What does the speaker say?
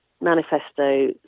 manifesto